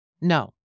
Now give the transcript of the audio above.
No